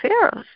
Pharaoh's